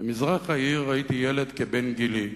ובמזרח העיר ראיתי ילד כבן גילי,